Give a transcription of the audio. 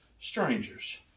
strangers